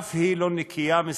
אף היא לא נקייה מספקות.